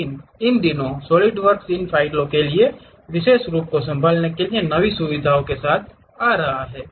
लेकिन इन दिनों सॉलिडवर्क्स इन फ़ाइलों के लिए इन विशेष स्वरूपों को संभालने के लिए नई सुविधाओं के साथ आ रहा है